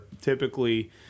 typically